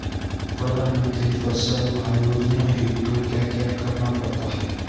प्रधानमंत्री फसल योजना हेतु क्या क्या करना पड़ता है?